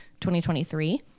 2023